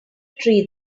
tree